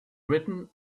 written